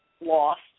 lost